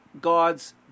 God's